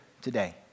today